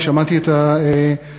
אני שמעתי את הדיון.